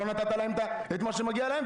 אתה לא נתת להם את מה שמגיע להם,